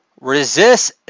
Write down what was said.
resist